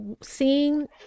seeing